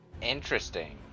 Interesting